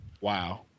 Wow